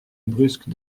brusque